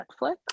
Netflix